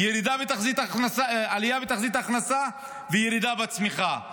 עלייה בתחזית ההכנסה וירידה בצמיחה?